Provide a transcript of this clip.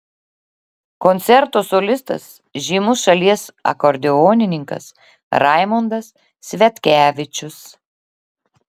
koncerto solistas žymus šalies akordeonininkas raimondas sviackevičius